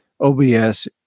OBS